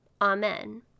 Amen